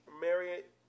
Marriott